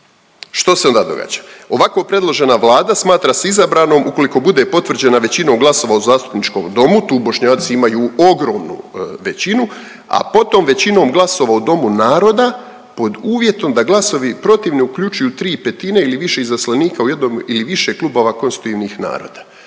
Što se onda događa? Ovako predložena Vlada smatra se izabranom ukoliko bude potvrđena većinom glasova u zastupničkom domu, tu Bošnjaci imaju ogromnu većinu a potom većinom glasova u Domu naroda pod uvjetom da glasovi protivni uključuju 3/5 ili više izaslanika u jednom ili više klubova konstitutivnih naroda.